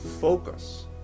focus